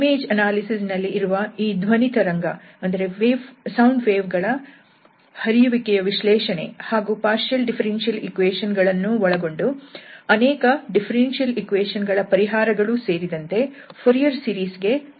image analysis ನಲ್ಲಿ ಇರುವ ಈ ಧ್ವನಿ ತರಂಗ ಗಳ ಹರಿಯುವಿಕೆಯ ವಿಶ್ಲೇಷಣೆ ಹಾಗೂ ಪಾರ್ಷಿಯಲ್ ಡಿಫ್ಫೆರೆನ್ಶಿಯಲ್ ಇಕ್ವೇಶನ್ ಗಳನ್ನೂ ಒಳಗೊಂಡು ಅನೇಕ ಡಿಫ್ಫೆರೆನ್ಶಿಯಲ್ ಇಕ್ವೇಶನ್ ಗಳ ಪರಿಹಾರಗಳು ಸೇರಿದಂತೆ ಫೊರಿಯರ್ ಸೀರೀಸ್ ಗೆ ಹಲವಾರು ಉಪಯೋಗಗಳಿವೆ